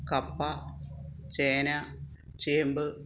കപ്പ ചേന ചേമ്പ്